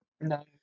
No